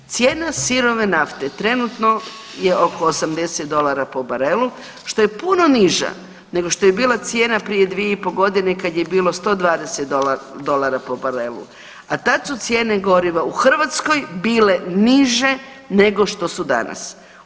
Cijena sirove nafte je trenutno je oko 80 dolara po barelu, što je puno niža nego što je bila cijena prije 2,5 godine kad je bilo 120 dolara po barelu, a tad su cijene goriva u Hrvatskoj bile niže nego što su danas.